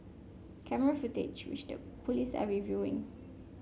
camera footage which the police are reviewing